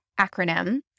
acronym